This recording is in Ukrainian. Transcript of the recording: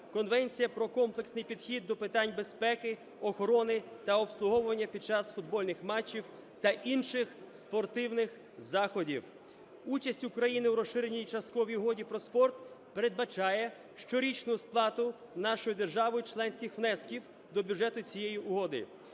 Конвенція про комплексний підхід до питань безпеки, охорони та обслуговування під час футбольних матчів, та інших спортивних заходів. Участь України у Розширеній частковій угоді про спорт передбачає щорічну сплату нашою державою членських внесків до бюджету цієї угоди.